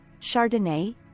Chardonnay